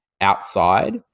outside